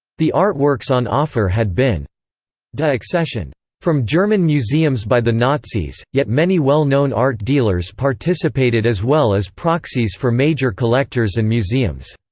the artworks on offer had been de-accessioned from german museums by the nazis, yet many well known art dealers participated as well as proxies for major collectors and museums.